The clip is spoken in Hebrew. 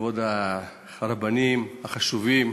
כבוד הרבנים החשובים,